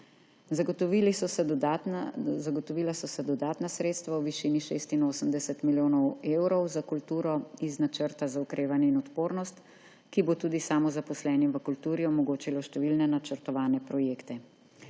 Zagotovila so se dodatna sredstva v višini 86 milijonov evrov za kulturo iz Načrta za okrevanje in odpornost, ki bo tudi samozaposlenim v kulturi omogočilo številne načrtovane projekte.